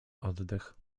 oddech